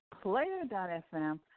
Player.fm